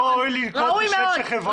לא ראוי לנקוב בשם של חברה.